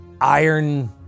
iron